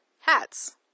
hats